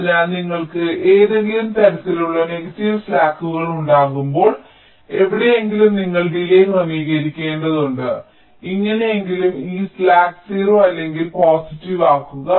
അതിനാൽ നിങ്ങൾക്ക് ഏതെങ്കിലും തരത്തിലുള്ള നെഗറ്റീവ് സ്ലാക്കുകൾ ഉണ്ടാകുമ്പോൾ എവിടെയെങ്കിലും നിങ്ങൾ ഡിലേയ് ക്രമീകരിക്കേണ്ടതുണ്ട് എങ്ങനെയെങ്കിലും ഈ സ്ലാക്ക് 0 അല്ലെങ്കിൽ പോസിറ്റീവ് ആക്കുക